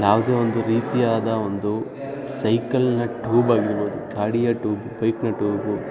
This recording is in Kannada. ಯಾವುದೇ ಒಂದು ರೀತಿಯಾದ ಒಂದು ಸೈಕಲನ್ನ ಟ್ಯೂಬ್ ಆಗಿರ್ಬೋದು ಗಾಡಿಯ ಟ್ಯೂಬು ಬೈಕನ್ನ ಟ್ಯೂಬು